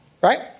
right